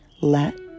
let